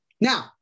Now